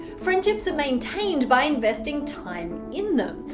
friendships are maintained by investing time in them.